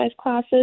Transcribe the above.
classes